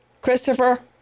Christopher